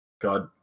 God